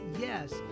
yes